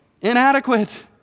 inadequate